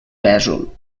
pèsol